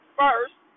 first